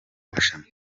irushanwa